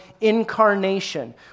incarnation